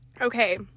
Okay